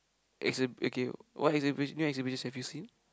exhib~ okay what exhibit new exhibitions have you seen